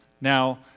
Now